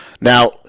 Now